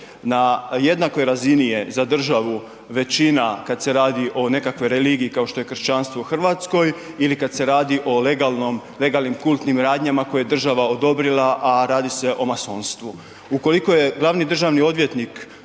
Na jednakoj razini je za državu većina, kad se radi o nekakvoj religiji, kao što je kršćanstvo u Hrvatskoj ili kad se radi o legalnim kultnim radnjama koje je država odobrila, a radi se o masonstvu. Ukoliko je glavni državni odvjetnik